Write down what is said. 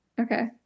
Okay